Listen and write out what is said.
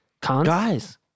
Guys